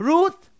Ruth